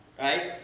right